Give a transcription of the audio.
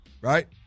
Right